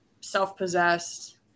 self-possessed